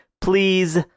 Please